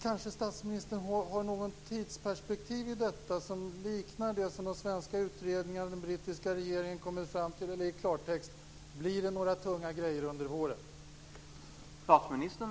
Kanske har statsministern ett tidsperspektiv i detta sammanhang som liknar det som svenska utredningar och den brittiska regeringen har kommit fram till. I klartext: Blir det några tunga grejer under våren?